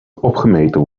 opgemeten